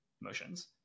motions